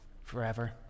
forever